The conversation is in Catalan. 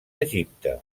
egipte